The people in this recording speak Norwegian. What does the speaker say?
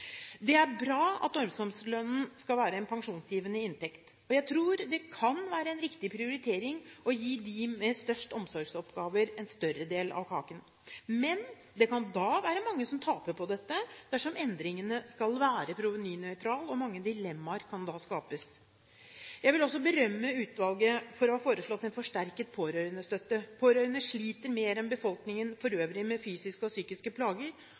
Det er bra at omsorgslønnen skal være en pensjonsgivende inntekt. Jeg tror det kan være en riktig prioritering å gi dem med størst omsorgsoppgaver en større del av kaken. Men det kan da være mange som taper på dette dersom endringen skal være provenynøytral, og mange dilemmaer kan da skapes. Jeg vil også berømme utvalget for å ha foreslått en forsterket pårørendestøtte. Pårørende sliter mer enn befolkningen for øvrig med fysiske og psykiske plager,